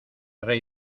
rey